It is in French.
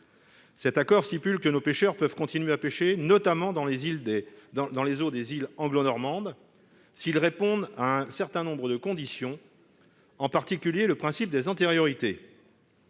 Cet accord prévoit que nos pêcheurs peuvent continuer de pêcher, notamment dans les eaux des îles anglo-normandes, s'ils répondent à un certain nombre de conditions, en particulier s'ils remplissent un critère